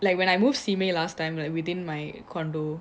when I move simei last time like within my condo